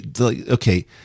Okay